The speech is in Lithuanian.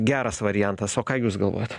geras variantas o ką jūs galvojat